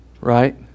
Right